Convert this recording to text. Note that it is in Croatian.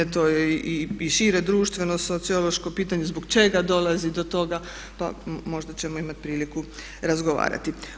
To je i šire, društveno, sociološko pitanje zbog čega dolazi do toga pa možda ćemo imati priliku razgovarati.